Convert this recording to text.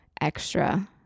extra